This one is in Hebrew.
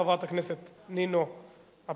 חברת הכנסת נינו אבסדזה,